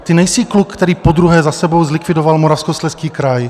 Ty nejsi kluk, který podruhé za sebou zlikvidoval Moravskoslezský kraj.